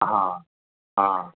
હા હા